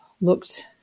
looked